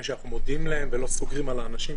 שאנחנו מודיעים להם ולא סוגרים עליהם,